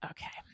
Okay